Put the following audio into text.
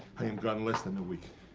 i am gone less than a week,